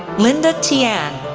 linda tian,